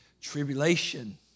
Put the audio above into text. Tribulation